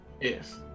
Yes